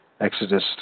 Exodus